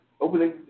opening